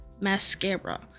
Mascara